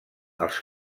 els